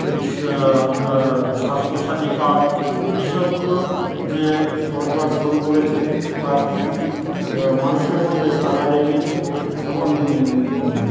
এই আপনার স্বাস্থ্যসাথী কার্ড এই সবগুলো যে সরকার শুরু করেছে তা খুবই মানুষের মধ্যে সাড়া জাগিয়েছে এবং